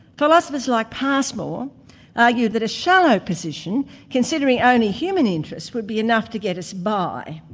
philosophers like passmore argue that a shallow position considering only human interests would be enough to get us by.